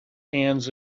hands